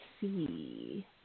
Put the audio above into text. see